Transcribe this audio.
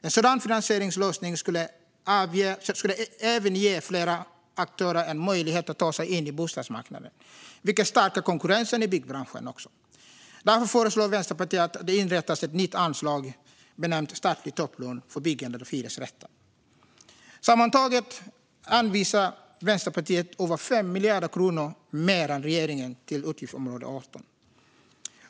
En sådan finansieringslösning skulle även ge fler aktörer en möjlighet att ta sig in i bostadsmarknaden, vilket skulle stärka konkurrensen i byggbranschen. Därför föreslår Vänsterpartiet att det inrättas ett nytt anslag benämnt Statliga topplån för byggande av hyresrätter . Sammantaget anvisar Vänsterpartiet över 5 miljarder kronor mer än regeringen till utgiftsområde 18.